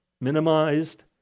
minimized